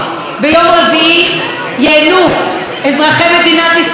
אנחנו ישבנו וראינו את הקריטריונים.